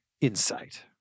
insight